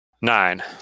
Nine